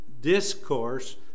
discourse